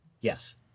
Yes